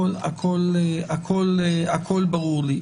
הכול ברור לי.